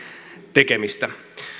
tekemistä